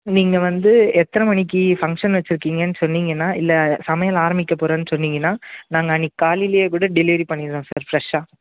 நீங்கள் வந்து எத்தனை மணிக்கு ஃபங்க்ஷன் வச்சுருக்கீங்கன்னு சொன்னீங்கன்னா இல்லை சமையல் ஆரம்பிக்க போகிறேன்னு சொன்னீங்கன்னா நாங்கள் அன்றைக்கி காலைலே கூட டெலிவரி பண்ணிறோம் சார் ஃப்ரெஷ்ஷாக